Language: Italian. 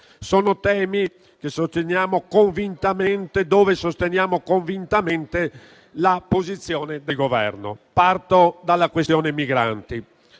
Sono temi sui quali sosteniamo convintamente la posizione del Governo. Parto dalla questione migranti;